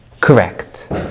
Correct